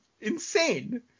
insane